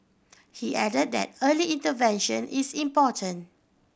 he added that early intervention is important